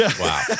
Wow